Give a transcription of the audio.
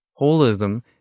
Holism